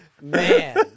Man